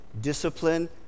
discipline